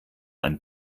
ein